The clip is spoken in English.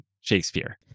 Shakespeare